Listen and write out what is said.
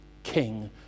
king